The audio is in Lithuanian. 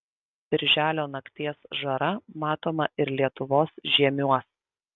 birželio nakties žara matoma ir lietuvos žiemiuos